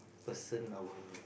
person our